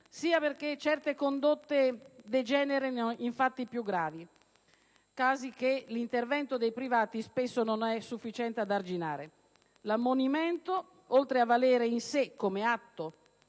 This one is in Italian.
sia che certe condotte degenerino in fatti più gravi. Casi che spesso l'intervento dei privati non è sufficiente ad arginare. L'ammonimento, oltre a valere in sé come atto